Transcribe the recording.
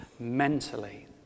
mentally